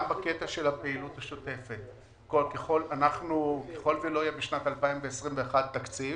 גם בקטע של הפעילות השוטפת ככל שלא יהיה בשנת 2021 תקציב